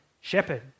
shepherd